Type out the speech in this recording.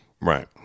Right